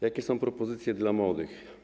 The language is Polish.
Jakie są propozycje dla młodych?